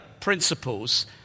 principles